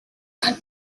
and